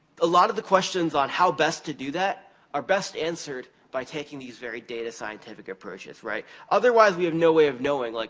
a lot of the questions on how best to do that are best answered by taking these very data-scientific approaches, right? otherwise we have no way of knowing, like